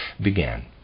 began